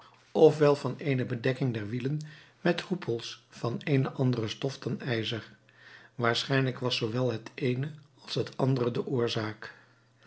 wel van eene bedekking der wielen met hoepels van eene andere stof dan ijzer waarschijnlijk was zoowel het eene als het andere de oorzaak